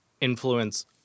influence